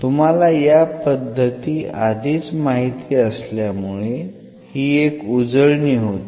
तुम्हाला या पद्धती आधीच माहिती असल्यामुळे ही एक उजळणी होती